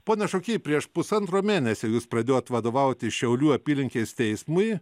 pone šuky prieš pusantro mėnesio jūs pradėjot vadovauti šiaulių apylinkės teismui